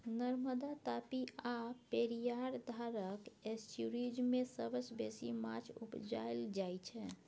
नर्मदा, तापी आ पेरियार धारक एस्च्युरीज मे सबसँ बेसी माछ उपजाएल जाइ छै